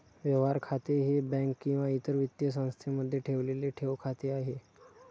व्यवहार खाते हे बँक किंवा इतर वित्तीय संस्थेमध्ये ठेवलेले ठेव खाते आहे